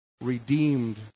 redeemed